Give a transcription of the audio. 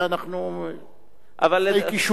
אבל פעמים רבות אנחנו,